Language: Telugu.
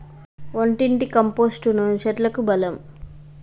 వంటింటి కంపోస్టును చెట్లకు బలం